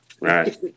Right